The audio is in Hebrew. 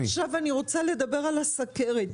עכשיו אני רוצה לדבר על סוכרת.